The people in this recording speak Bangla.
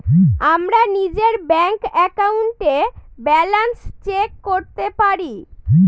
আমরা নিজের ব্যাঙ্ক একাউন্টে ব্যালান্স চেক করতে পারি